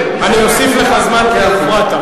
ואני אוסיף לך זמן כי הופרעת.